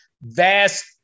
vast